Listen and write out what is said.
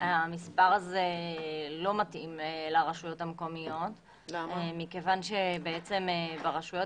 שהמספר הזה לא מתאים לרשויות המקומיות מכיוון שברשויות